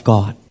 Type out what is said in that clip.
God